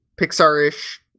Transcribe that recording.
Pixar-ish